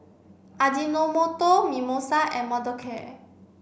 Ajinomoto Mimosa and Mothercare